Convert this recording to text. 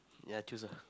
ya choose ah